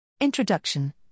Introduction